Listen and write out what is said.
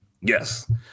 Yes